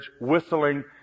whistling